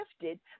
gifted